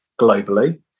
globally